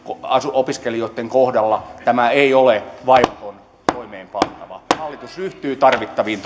opiskelijoitten kohdalla tämä ei ole vaivaton toimeenpantava hallitus ryhtyy tarvittaviin